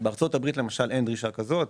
בארצות הברית, למשל, אין דרישה כזאת.